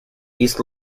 east